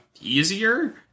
easier